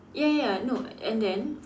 ya ya ya no and then